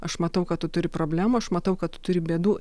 aš matau kad tu turi problemų aš matau kad tu turi bėdų